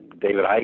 David